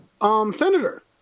senator